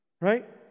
Right